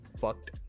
fucked